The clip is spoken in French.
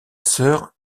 sœur